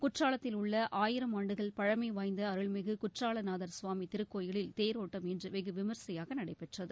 குற்றாலத்தில் உள்ள ஆயிரம் ஆண்டுகள் பழமைவாய்ந்த அருள்மிகு குற்றலாநாதர் சுவாமி திருக்கோயிலில் தேரோட்டம் இன்று வெகுவிமரிசையாக நடைபெற்றது